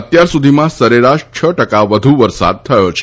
અત્યાર સુધીમાં સરેરાશ છ ટકા વધુ વરસાદ થયો છે